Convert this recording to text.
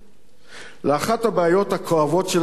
לאחת הבעיות הכואבות שלנו יש שם,